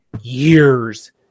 years